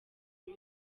www